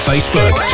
Facebook